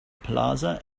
plaza